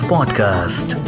Podcast